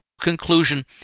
conclusion